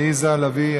עליזה לביא,